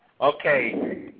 Okay